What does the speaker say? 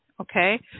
Okay